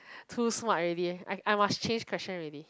too smart already I I must change question already